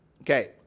Okay